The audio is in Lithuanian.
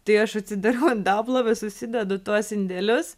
tai aš atsidarau indaplovę susidedu tuos indelius